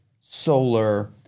solar